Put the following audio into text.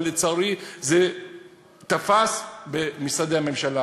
לצערי זה תפס במשרדי הממשלה,